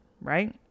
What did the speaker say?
Right